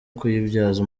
kuyibyaza